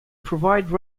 provide